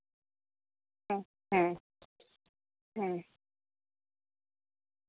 ᱦᱮᱸ ᱦᱮᱸ ᱦᱮᱸ